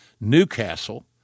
Newcastle